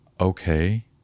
okay